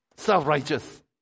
Self-righteous